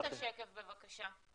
שימו את השקף, בבקשה.